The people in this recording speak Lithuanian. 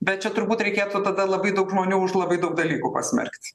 bet čia turbūt reikėtų tada labai daug žmonių už labai daug dalykų pasmerkt